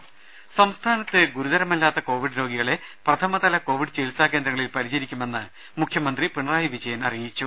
രുമ സംസ്ഥാനത്ത് ഗുരുതരമല്ലാത്ത കോവിഡ് രോഗികളെ പ്രഥമതല കോവിഡ് ചികിത്സാ കേന്ദ്രങ്ങളിൽ പരിചരിക്കുമെന്ന് മുഖ്യമന്ത്രി പിണറായി വിജയൻ അറിയിച്ചു